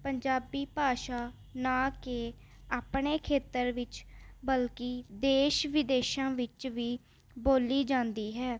ਪੰਜਾਬੀ ਭਾਸ਼ਾ ਨਾ ਕਿ ਆਪਣੇ ਖੇਤਰ ਵਿੱਚ ਬਲਕਿ ਦੇਸ਼ ਵਿਦੇਸ਼ਾਂ ਵਿੱਚ ਵੀ ਬੋਲੀ ਜਾਂਦੀ ਹੈ